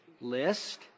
list